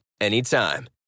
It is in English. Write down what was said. anytime